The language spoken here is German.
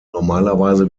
normalerweise